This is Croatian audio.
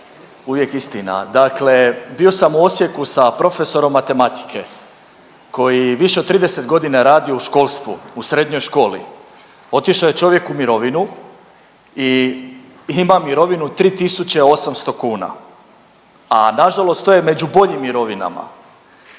uvijek istina. Dakle, bio sam u Osijeku sa profesorom matematike koji više od 30.g. radi u školstvu, u srednjoj školi, otišao je čovjek u mirovinu i ima mirovinu 3.800 kuna, na nažalost to je među boljim mirovinama